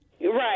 Right